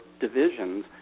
divisions